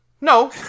No